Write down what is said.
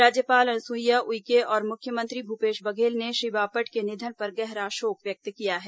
राज्यपाल अनुसुईया उइके और मुख्यमंत्री भूपेश बघेल ने श्री बापट के निधन पर गहरा शोक व्यक्त किया है